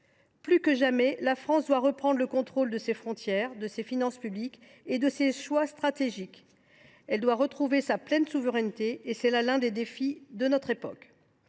Plus que jamais, la France doit reprendre le contrôle de ses frontières, de ses finances publiques et de ses choix stratégiques. Elle doit retrouver sa pleine souveraineté, et c’est là l’un des défis de notre époque.